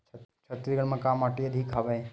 छत्तीसगढ़ म का माटी अधिक हवे?